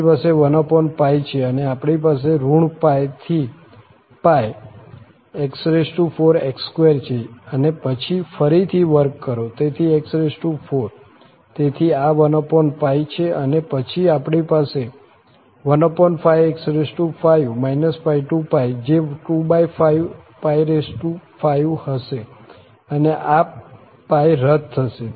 આપણી પાસે 1 છે અને આપણી પાસે ઋણ π થી x4x2 છે અને પછી ફરીથી વર્ગ કરો તેથી x4 તેથી આ 1 છે અને પછી આપણી પાસે 15x5| πજે 255 હશે અને આ π રદ થશે